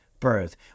Birth